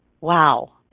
Wow